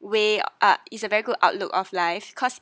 way uh is a very good outlook of life cause